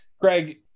Greg